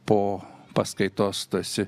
po paskaitos tu esi